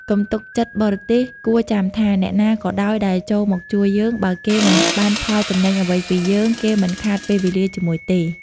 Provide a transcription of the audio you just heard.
កុំទុកចិត្តបរទេសគួរចាំថា អ្នកណាក៏ដោយដែលចូលមកជួយយើង បើគេមិនបានផលចំណេញអ្វីពីយើង គេមិនខាតពេលវេលាជាមួយទេ។